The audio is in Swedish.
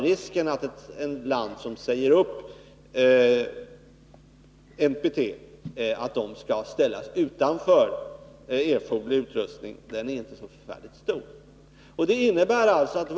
Risken för att ett land som säger upp NPT-avtalet skall ställas utanför erforderlig utrustning är inte så stor.